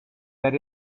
that